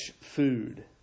food